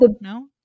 no